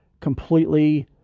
completely